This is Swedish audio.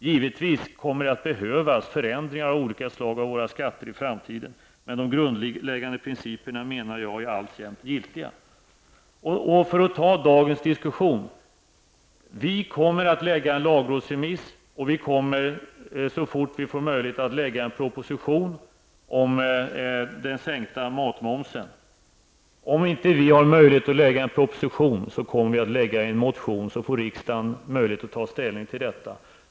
Givetvis kommer det att behöva göras förändringar av olika slag när det gäller våra skatter i framtiden, men enligt min mening är de grundläggande principerna alltjämt giltiga. Med anledning av dagens diskussion vill jag säga att det blir en lagrådsremiss, och så snart som möjligt kommer vi att lägga fram en proposition om en sänkning av matmomsen. Har vi inte möjlighet att lägga fram en proposition, kommer vi att väcka en motion, varefter riksdagen får ta ställning.